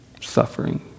suffering